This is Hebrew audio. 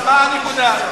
למה, מה הנקודה?